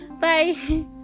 Bye